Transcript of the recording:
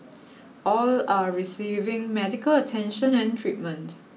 all are receiving medical attention and treatment